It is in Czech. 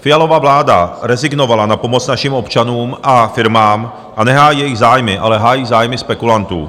Fialova vláda rezignovala na pomoc našim občanům a firmám a nehájí jejich zájmy, ale hájí zájmy spekulantů.